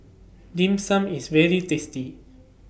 Dim Sum IS very tasty